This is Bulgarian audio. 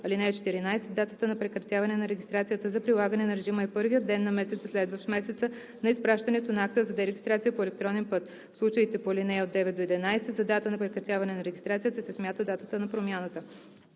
път. (14) Датата на прекратяване на регистрацията за прилагане на режима е първият ден на месеца, следващ месеца на изпращането на акта за дерегистрация по електронен път. В случаите по ал. 9 – 11 за дата на прекратяване на регистрацията се смята датата на промяната.